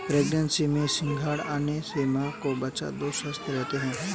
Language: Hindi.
प्रेग्नेंसी में सिंघाड़ा खाने से मां और बच्चा दोनों स्वस्थ रहते है